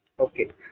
Okay